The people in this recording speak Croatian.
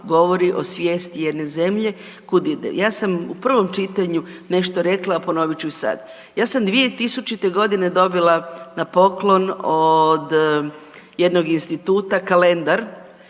govori o svijesti jedne zemlje kud ide. Ja sam u prvom čitanju nešto rekla, a ponovit ću i sad, ja sam 2000.g. dobila na poklon od jednog instituta kalendar